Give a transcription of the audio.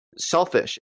selfish